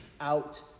out